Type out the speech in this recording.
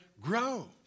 grow